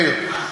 מאיר,